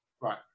Right